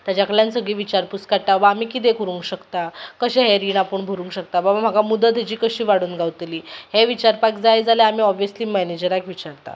तेज्या कडल्यान सगळी विचारपूस काडटा वा आमी कितें करूंक शकता कशे हे रिणां आपूण भरूंक शकता बाबा म्हाका मुदत हेजी कशी वाडोन गावतली हें विचारपाक जाय जाल्यार आमी ओबियिस्ली मॅनेजराक विचारता